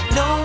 no